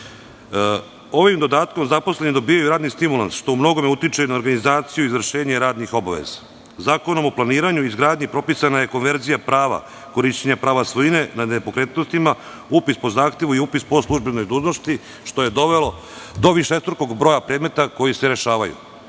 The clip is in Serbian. Ovim dodatkom zaposleni dobijaju radni stimulans što u mnogome utiče na organizaciju, izvršenje radnih obaveza. Zakonom o planiranju i izgradnji propisana je konverzija prava, korišćenja prava svojine nad nepokretnostima, upisa po zahtevu i upis po službenoj dužnosti, što je dovelo do višestrukog broja predmeta koji se rešavaju.